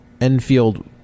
Enfield